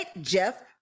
Jeff